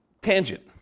tangent